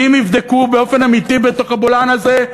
כי אם יבדקו באופן אמיתי בתוך הבולען הזה,